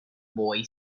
boy